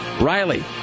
Riley